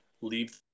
leave